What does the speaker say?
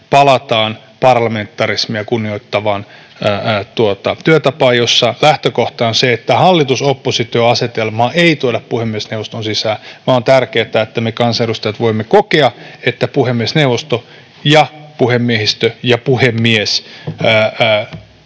palataan parlamentarismia kunnioittavaan työtapaan, jossa lähtökohta on se, että hallitus—oppositio-asetelmaa ei tuoda puhemiesneuvoston sisään, vaan on tärkeätä, että me kansanedustajat voimme kokea, että puhemiesneuvosto, puhemiehistö ja puhemies